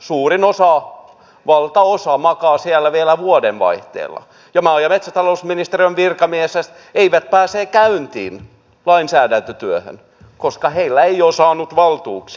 suurin osa valtaosa makaa siellä vielä vuodenvaihteessa ja maa ja metsätalousministeriön virkamiehet eivät pääse käyntiin lainsäädäntötyöhön koska he eivät ole saaneet valtuuksia